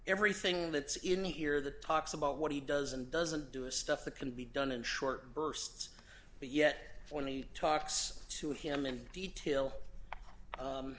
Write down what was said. everything that's in here that talks about what he does and doesn't do a stuff that can be done in short bursts but yet when he talks to him in detail